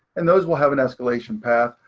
and those will have an escalation path.